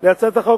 הצעת החוק